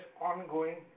ongoing